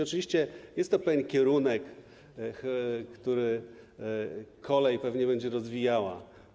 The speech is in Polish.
Oczywiście jest to pewien kierunek, w którym kolej pewnie będzie się rozwijała.